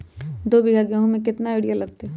दो बीघा गेंहू में केतना यूरिया लगतै?